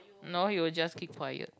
no he will just keep quiet